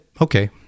okay